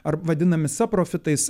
ar vadinami saprofitais